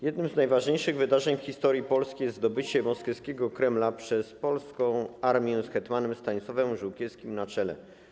Jednym z najważniejszych wydarzeń w historii Polski jest zdobycie moskiewskiego Kremla przez polską armię z hetmanem Stanisławem Żółkiewskim na czele.